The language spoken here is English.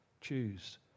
choose